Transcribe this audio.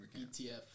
ETF